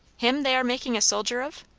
him they are making a soldier of?